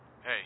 Hey